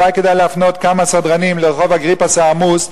אולי כדאי להפנות כמה סדרנים לרחוב אגריפס העמוס,